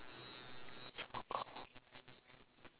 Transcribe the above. so cold